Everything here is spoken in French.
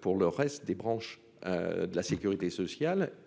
pour le reste des branches de la Sécurité sociale